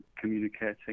communicating